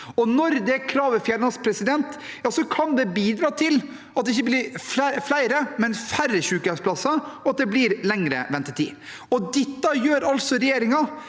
Når det kravet fjernes, kan det bidra til at det ikke blir flere, men færre sykehjemsplasser, og at det blir lengre ventetid. Dette gjør regjeringen